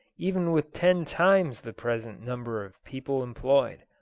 even with ten times the present number of people employed.